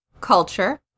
culture